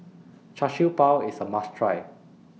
Char Siew Bao IS A must Try